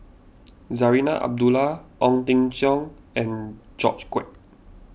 Zarinah Abdullah Ong Jin Teong and George Quek